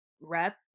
rep